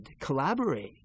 collaborate